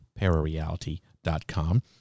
parareality.com